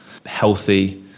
Healthy